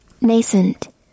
Nascent